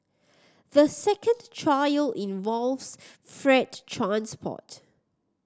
the second trial involves freight transport